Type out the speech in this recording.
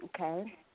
Okay